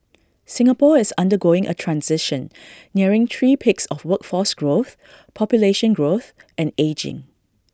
Singapore is undergoing A transition nearing three peaks of workforce growth population growth and ageing